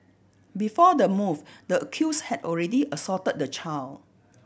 before the move the accused had already assaulted the child